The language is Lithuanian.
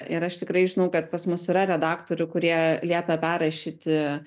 ir aš tikrai žinau kad pas mus yra redaktorių kurie liepia perrašyti